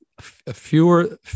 fewer